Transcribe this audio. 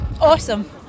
Awesome